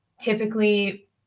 typically